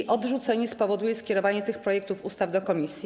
Jej odrzucenie spowoduje skierowanie tych projektów ustaw do komisji.